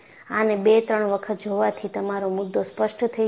આને 2 3 વખત જોવાથી તમારો મુદ્દો સ્પષ્ટ થઈ જશે